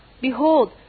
Behold